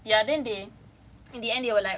maybe maybe ya then they